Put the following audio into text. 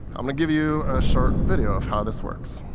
i'm going to give you a short video of how this worked.